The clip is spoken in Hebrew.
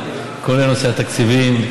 כל נושא התקציבים.